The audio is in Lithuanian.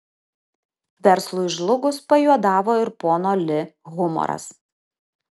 verslui žlugus pajuodavo ir pono li humoras